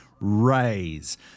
raise